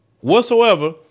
whatsoever